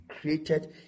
created